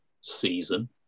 season